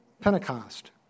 Pentecost